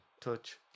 touch